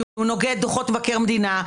כי הוא נוגד את דוחות מבקר המדינה,